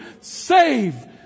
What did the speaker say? Save